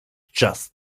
just